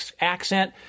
accent